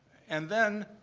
and then,